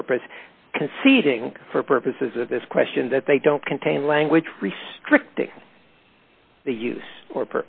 purpose conceding for purposes of this question that they don't contain language restricting the use or